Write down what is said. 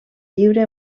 llibre